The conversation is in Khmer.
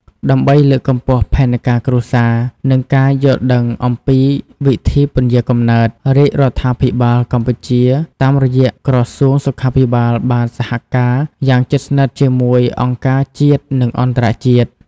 ដើម្បីលើកកម្ពស់ផែនការគ្រួសារ និងការយល់ដឹងអំពីវិធីពន្យារកំណើត រាជរដ្ឋាភិបាលកម្ពុជាតាមរយៈក្រសួងសុខាភិបាលបានសហការយ៉ាងជិតស្និទ្ធជាមួយអង្គការជាតិ និងអន្តរជាតិ។